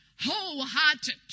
wholehearted